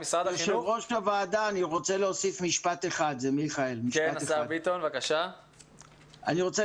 השר במשרד הביטחון מיכאל מרדכי ביטון: אני מבקש להגיד.